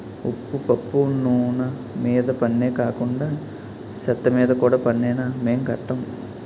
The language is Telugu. ఉప్పు పప్పు నూన మీద పన్నే కాకండా సెత్తమీద కూడా పన్నేనా మేం కట్టం